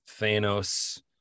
Thanos